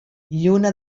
lluna